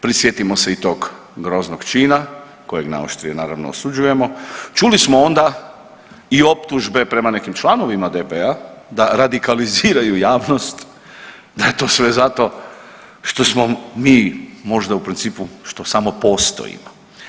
Prisjetimo se i tog groznog čina kojeg najoštrije naravno osuđujemo, čuli smo onda i optužbe prema nekim članovima DP-a da radikaliziraju javnost, da je to sve zato što smo mi možda u principu što samo postojimo.